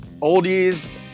Oldies